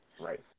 right